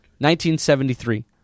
1973